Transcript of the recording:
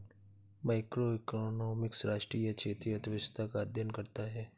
macroeconomics राष्ट्रीय या क्षेत्रीय अर्थव्यवस्था का अध्ययन करता है